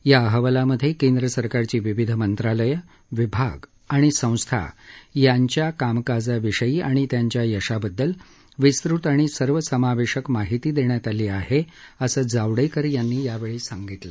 या अहवालांमधे केंद्र सरकारची विविध मंत्रालयं विभाग आणि संस्था यांच्या कामकाजाविषयी आणि त्यांच्या यशाबद्दल विस्तृत आणि सर्वसामावेशक माहिती दिली आहे असं जावडेकर यांनी यावेळी सांगितलं